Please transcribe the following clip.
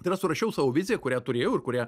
tai yra surašiau savo viziją kurią turėjau ir kurią